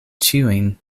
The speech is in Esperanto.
ĉiujn